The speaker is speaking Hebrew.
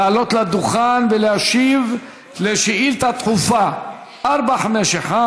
לעלות לדוכן ולהשיב על שאילתה דחופה 451,